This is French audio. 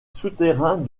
souterrains